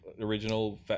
original